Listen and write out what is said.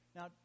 Now